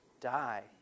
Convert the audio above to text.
die